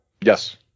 yes